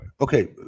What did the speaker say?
Okay